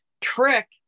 Trick